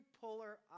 polar